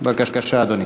בבקשה, אדוני.